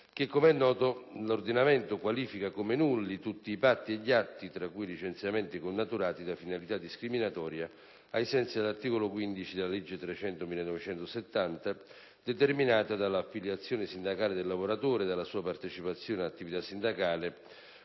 che, come è noto, l'ordinamento qualifica come nulli tutti i patti e gli atti, tra cui i licenziamenti, connaturati da finalità discriminatoria ai sensi dell'articolo 15 della legge n. 300 del 1970, determinata dalla affiliazione sindacale del lavoratore, dalla sua partecipazione ad attività sindacale